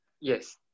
Yes